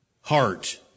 heart